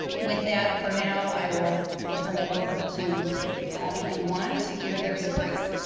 with that, for now i will turn it over to patty and juan to hear their stories.